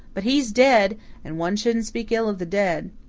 but he's dead and one shouldn't speak ill of the dead.